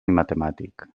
matemàtic